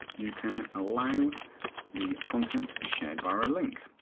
you can allow the content to be shared via a link.